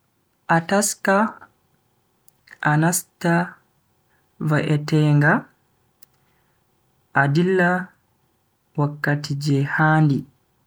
A taska, a nasta va'etenga a dilla wakkati je handi.